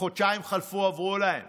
חודשיים חלפו-עברו להם